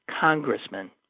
Congressman